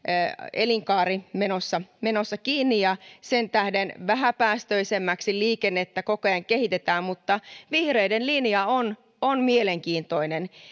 elinkaari on sinänsä menossa kiinni ja sen tähden vähäpäästöisemmäksi liikennettä koko ajan kehitetään mutta vihreiden linja on on mielenkiintoinen